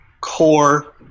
core